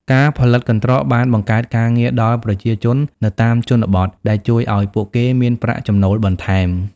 ការផលិតកន្ត្រកបានបង្កើតការងារដល់ប្រជាជននៅតាមជនបទ ដែលជួយឲ្យពួកគេមានប្រាក់ចំណូលបន្ថែម។